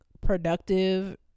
productive